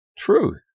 truth